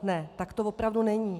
Ne, tak to opravdu není.